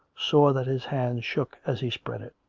saw that his hands shook as he spread it.